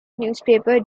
newspaper